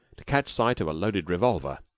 to catch sight of a loaded revolver.